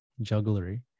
jugglery